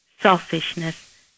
selfishness